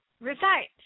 recite